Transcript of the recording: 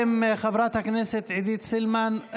ישיב בשם חברת הכנסת עידית סילמן,